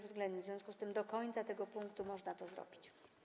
W związku z tym do końca tego punktu można to zrobić.